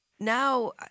Now